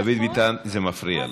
דוד ביטן, זה מפריע לה.